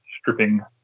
stripping